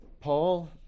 Paul